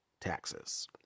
Taxes